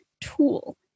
tool